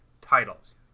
titles